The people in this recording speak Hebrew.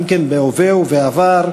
גם הם בהווה ובעבר,